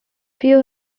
few